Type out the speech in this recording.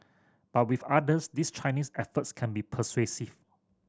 but with others these Chinese efforts can be persuasive